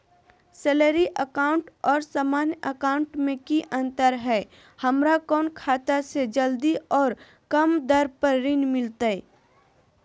Salary account और सामान्य account मे की अंतर है हमरा कौन खाता से जल्दी और कम दर पर ऋण मिलतय?